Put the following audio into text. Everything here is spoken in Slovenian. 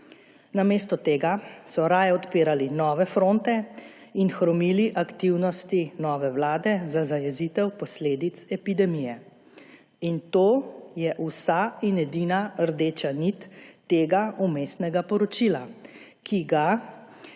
Namesto tega so raje odpirali nove fronte in hromili aktivnosti nove vlade za zajezitev posledic epidemije. In to je vsa in edina rdeča nit tega vmesnega poročila, ki ga